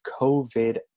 COVID